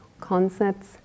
concepts